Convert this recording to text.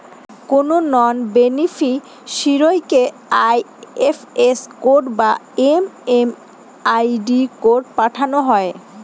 কোনো নন বেনিফিসিরইকে IFS code বা এম.এম.আই.ডি কোড পাঠানো হয়